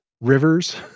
Rivers